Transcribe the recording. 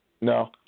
No